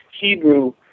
Hebrew